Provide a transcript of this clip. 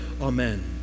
Amen